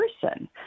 person